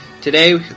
Today